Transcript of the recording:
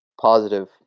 positive